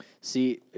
See